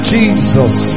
Jesus